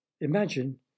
Imagine